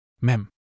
Mem